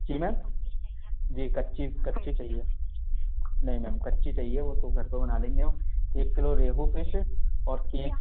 जी ma'am जी कच्ची कच्ची चाहिए नहीं मैम कच्ची चाहिए वह तो घर पर बना लेंगे हम एक किलो रेहू फिश और के